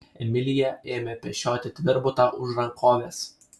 emilija ėmė pešioti tvirbutą už rankovės